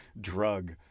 drug